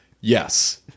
yes